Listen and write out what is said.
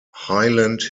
highland